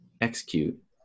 execute